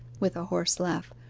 with a hoarse laugh.